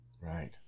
Right